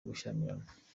gushyamirana